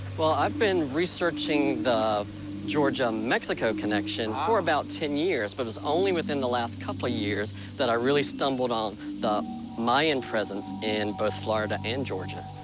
well, i've been researching the georgia-mexico connection for about ten years, but it's only within the last couple of years that i really stumbled on the mayan presence in both florida and georgia.